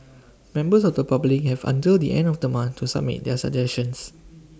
members of the public have until the end of the month to submit their suggestions